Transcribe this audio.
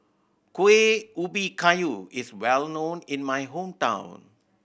Kueh Ubi Kayu is well known in my hometown